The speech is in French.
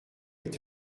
est